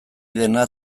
dena